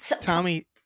Tommy